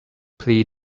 plead